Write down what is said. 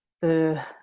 the